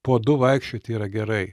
po du vaikščiot yra gerai